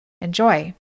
Enjoy